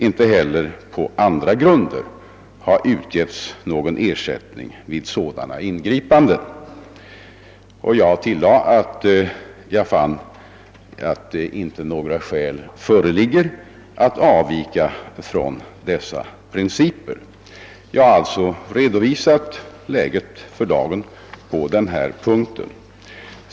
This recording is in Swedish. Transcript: Inte heller på andra grunder har utgetts någon ersättning vid sådana ingripanden.» Jag tillade att jag inte fann skäl föreligga att avvika från dessa principer. Jag har alltså redovisat läget för dagen på denna punkt.